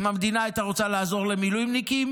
אם המדינה הייתה רוצה לעזור למילואימניקים,